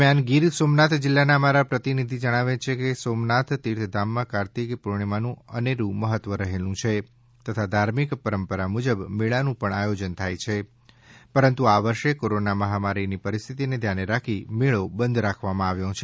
દરમ્યાન ગીરસોમનાથ જિલ્લાના અમારા પ્રતિનિધિ જણાવે છે કે સોમાનાથ તીર્થધામમાં કાર્તિક પૂર્ણિમાનું અનેક મહત્વ રહેલું છે તથા ધાર્મિક પરંપરા મુજબમેળાનું પણ આયોજન થાય છે પરંતુ આ વર્ષે કોરોના મહામારીની પરિસ્થિતિને ધ્યાને રાખે મેળો બંધ રાખવામાં આવ્યા છે